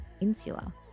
insula